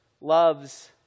loves